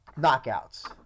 knockouts